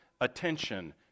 attention